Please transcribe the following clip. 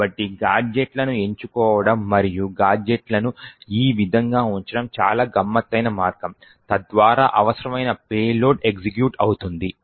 కాబట్టి గాడ్జెట్లను ఎంచుకోవడం మరియు గాడ్జెట్లను ఆ విధంగా ఉంచడం చాలా గమ్మత్తైన మార్గం తద్వారా అవసరమైన పేలోడ్ ఎగ్జిక్యూట్ అవుతుంది